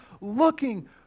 looking